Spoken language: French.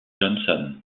johnson